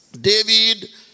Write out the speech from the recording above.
David